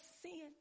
sin